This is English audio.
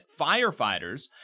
firefighters